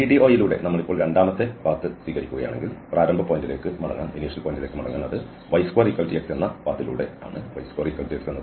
BDO യിലൂടെ നമ്മൾ ഇപ്പോൾ രണ്ടാമത്തെ പാത സ്വീകരിക്കുകയാണെങ്കിൽ പ്രാരംഭ പോയിന്റിലേക്ക് മടങ്ങാൻ അത് y2x ആണ്